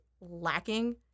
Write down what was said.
lacking